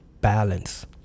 balance